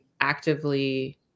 actively